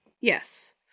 Yes